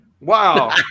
wow